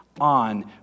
on